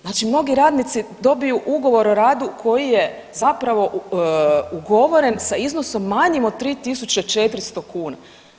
Znači mnogi radnici dobiju ugovor o radu koji je zapravo ugovoren sa iznosom manjim od 3.400 kuna.